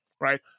right